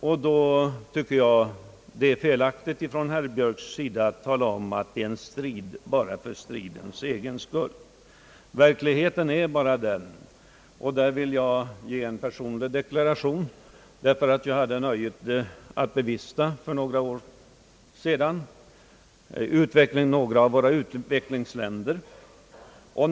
Därför tycker jag att det är felaktigt av herr Björk att säga att det är en strid bara för stridens egen skull. Jag vill här göra en Ppersonlig deklaration därför att jag för några år sedan besökte några av utvecklingsländerna.